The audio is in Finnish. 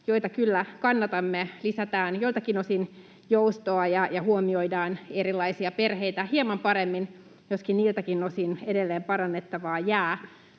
joita kyllä kannatamme: lisätään joiltakin osin joustoa ja huomioidaan erilaisia perheitä hieman paremmin, joskin niiltäkin osin edelleen parannettavaa jää.